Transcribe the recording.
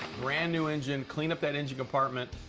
brand-new engine. clean up that engine compartment.